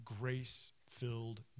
grace-filled